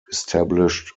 established